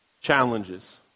challenges